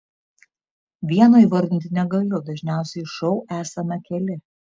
vieno įvardinti negaliu dažniausiai šou esame keli